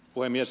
puhemies